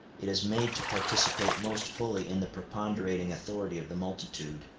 it is made to participate most fully in the preponderating authority of the multitude,